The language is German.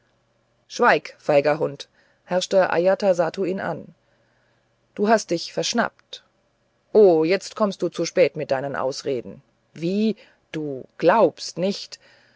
schweig feiger hund herrschte ajatasattu ihn an du hast dich verschnappt o jetzt kommst du zu spät mit deinen ausreden wie du glaubst nicht